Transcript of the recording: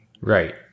Right